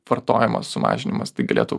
vartojimo sumažinimas tai galėtų